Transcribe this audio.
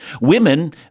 Women